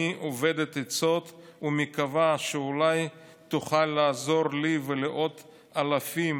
שאני אובדת עצות ומקווה שאולי תוכל לעזור לי ולעוד אלפים